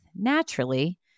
naturally